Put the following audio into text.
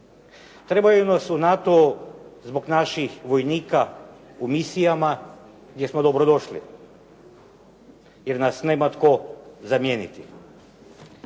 Trebaju nas u NATO-u zbog naših vojnika u misijama jer smo dobrodošli jer nas nema tko zamijeniti.